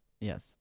Yes